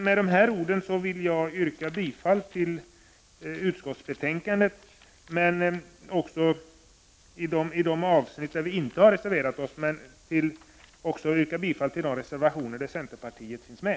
Med de här orden vill jag yrka bifall till utskottets hemställan i de avsnitt där vi inte har reserverat oss, men jag yrkar bifall till de reservationer där centerpartiet finns med.